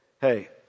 hey